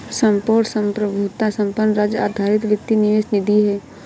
संपूर्ण संप्रभुता संपन्न राज्य आधारित वित्तीय निवेश निधि है